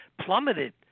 plummeted